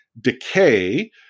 Decay